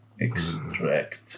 extract